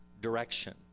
direction